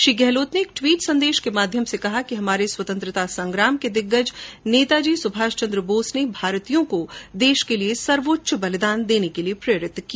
श्री गहलोत ने एक ट्वीट संदेश के माध्यम से कहा कि हमारे स्वतंत्रता संग्राम के दिग्गज नेताजी सुभाषचन्द्र बोस ने भारतीयों को देश के लिये सर्वोच्च बलिदान देने के लिये प्रेरित किया